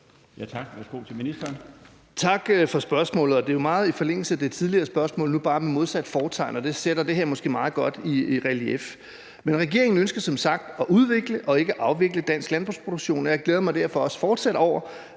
Tak for spørgsmålet. Det ligger jo meget i forlængelse af det tidligere spørgsmål, nu bare med modsat fortegn, og det sætter måske det her meget godt i relief. Men regeringen ønsker som sagt at udvikle og ikke afvikle dansk landbrugsproduktion, og jeg glæder mig derfor også fortsat over